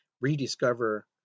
rediscover